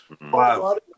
Wow